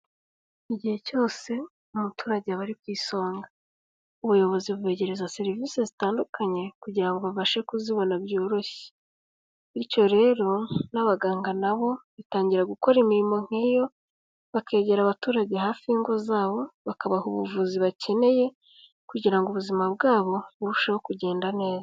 Igihe cyose, umuturage aba ari ku isonga. Ubuyobozi bubegereza serivise zitandukanye, kugira ngo babashe kuzibona byoroshye. Bityo rero n'abaganga na bo, batangira gukora imirimo nk'iyo, bakegera abaturage hafi y'ingo zabo, bakabaha ubuvuzi bakeneye, kugira ngo ubuzima bwabo, burusheho kugenda neza.